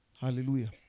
Hallelujah